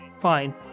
fine